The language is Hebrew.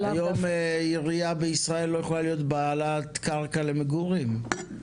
היום עירייה בישראל לא יכולה להיות בעלת קרקע למגורים,